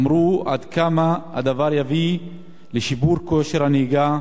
אמרו עד כמה הדבר יביא לשיפור כושר הנהיגה